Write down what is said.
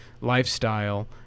lifestyle